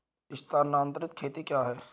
स्थानांतरित खेती क्या है?